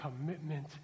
commitment